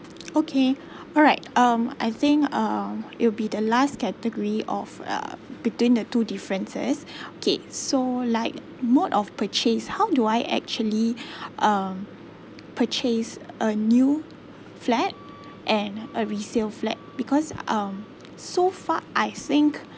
okay alright um I think um it will be the last category of uh between the two differences okay so like mode of purchase how do I actually um purchase a new flat and a resale flat because um so far I think